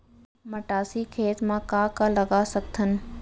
मटासी खेत म का का लगा सकथन?